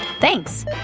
Thanks